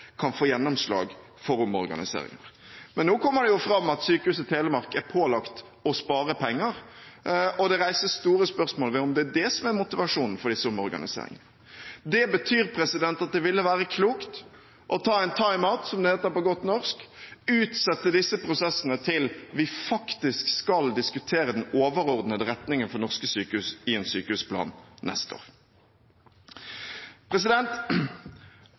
kan få gjennomslag for omorganiseringer. Men nå kommer det jo fram at sykehuset i Telemark er pålagt å spare penger, og det reises store spørsmål ved om det er det som er motivasjonen for disse omorganiseringene. Det betyr at det ville være klokt å ta en «timeout», som det heter på godt norsk, og utsette disse prosessene til vi faktisk skal diskutere den overordnede retningen for norske sykehus i en sykehusplan neste år.